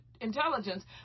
intelligence